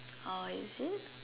orh is it